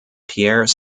pierre